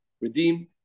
redeem